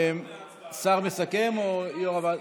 שר מסכם או יו"ר ועדה?